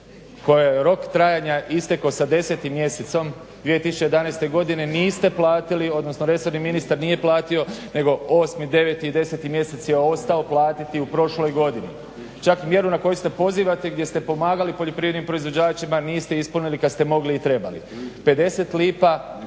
kojoj je rok trajanja istekao sa 10. mjesecom 2011. godine niste platili, odnosno resorni ministar nije platio nego 8., 9. i 10. mjesec je ostao platiti u prošloj godini. Čak mjeru na koju se pozivate gdje ste pomagali poljoprivrednim proizvođačima niste ispunili kad ste mogli i trebali. 50 lipa